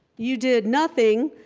you did nothing.